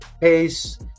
pace